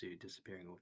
disappearing